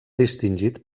distingit